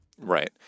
Right